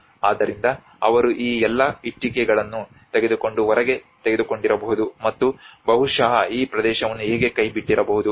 ಆದ್ದರಿಂದ ಅವರು ಈ ಎಲ್ಲಾ ಇಟ್ಟಿಗೆಗಳನ್ನು ತೆಗೆದುಕೊಂಡು ಹೊರಗೆ ತೆಗೆದುಕೊಂಡಿರಬಹುದು ಮತ್ತು ಬಹುಶಃ ಈ ಪ್ರದೇಶವನ್ನು ಕೈ ಬಿಟ್ಟಿರಬಹುದು